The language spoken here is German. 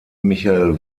michael